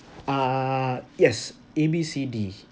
uh yes A B C D